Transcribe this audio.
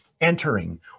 Entering